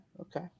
Okay